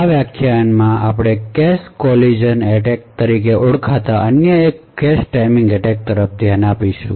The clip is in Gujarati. આ વ્યાખ્યાનમાં કેશ કોલીજન એટેક તરીકે ઓળખાતા અન્ય કેશ ટાઇમિંગ એટેક તરફ ધ્યાન આપશુ